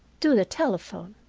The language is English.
to the telephone.